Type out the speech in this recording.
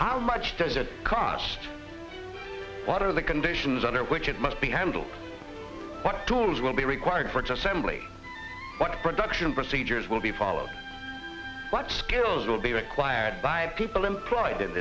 how much does it cost what are the conditions under which it must be handled what tools will be required for just simply what production procedures will be followed what skills will be required by people employed